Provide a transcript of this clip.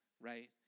right